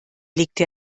legte